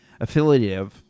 affiliative